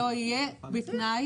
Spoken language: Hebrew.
שלא יהיה, בתנאי